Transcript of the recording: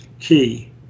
key